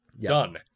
Done